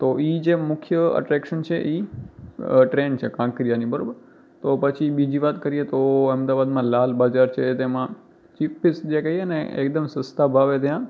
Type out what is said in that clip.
તો એ જે મુખ્ય ઍટ્રેકશન છે એ ટ્રેન છે કાંકરિયાની બરાબર તો પછી બીજી વાત કરીએ તો અમદાવાદમાં લાલ બજાર છે તેમાં ચીપેસ્ટ જે કહીએ ને એકદમ સસ્તાં ભાવે ત્યાં